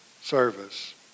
service